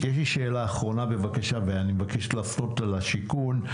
יש לי שאלה אחרונה בבקשה ואני מבקש להפנות אותה לשיכון.